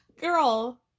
girl